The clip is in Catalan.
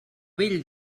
vell